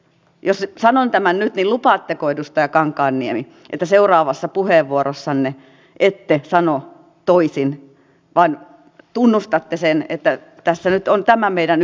jos sanon tämän nyt niin lupaatteko edustaja kankaanniemi että seuraavassa puheenvuorossanne ette sano toisin vaan tunnustatte sen että tässä nyt on tämä meidän yksi arvovalintamme